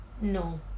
No